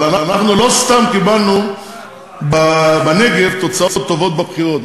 אבל אנחנו לא סתם קיבלנו בנגב תוצאות טובות בבחירות,